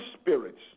spirits